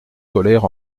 colère